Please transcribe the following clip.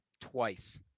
twice